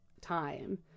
time